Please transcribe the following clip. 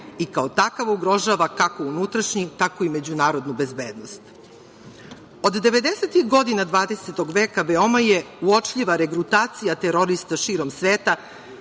i kao takav ugrožava kako unutrašnji tako i međunarodnu bezbednost. Od devedesetih godina dvadesetog veka veoma je uočljiva regrutacija terorista širom sveta